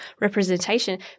representation